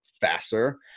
faster